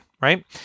Right